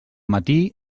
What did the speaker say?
matí